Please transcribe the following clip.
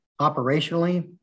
operationally